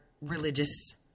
religious